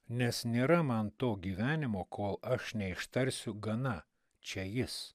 nes nėra man to gyvenimo kol aš neištarsiu gana čia jis